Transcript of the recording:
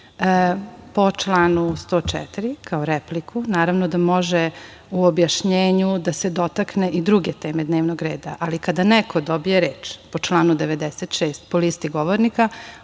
po članu 104. kao repliku naravno da može u objašnjenju da se dotakne i druge teme dnevnog reda, ali kada neko dobije reč po članu 96. po listi govornika,